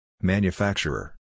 Manufacturer